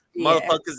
motherfuckers